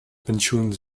pensioen